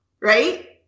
right